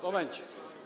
Momencik.